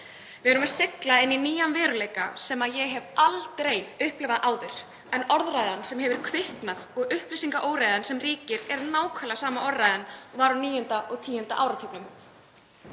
Við erum að sigla inn í nýjan veruleika sem ég hef aldrei upplifað áður, en orðræðan sem hefur kviknað og upplýsingaóreiðan sem ríkir er nákvæmlega sama orðræðan og var á níunda og tíunda áratugnum.